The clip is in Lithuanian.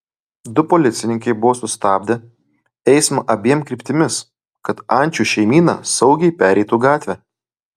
du policininkai buvo sustabdę eismą abiem kryptimis kad ančių šeimyna saugiai pereitų gatvę